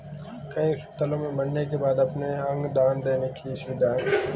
कई अस्पतालों में मरने के बाद अपने अंग दान देने की सुविधा है